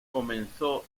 comenzó